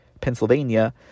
Pennsylvania